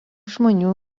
žmonių